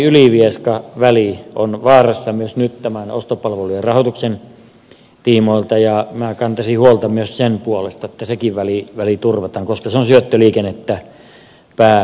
iisalmiylivieska väli on vaarassa myös nyt ostopalvelujen rahoituksen tiimoilta ja minä kantaisin huolta myös sen puolesta että sekin väli turvataan koska se on syöttöliikennettä pääväylälle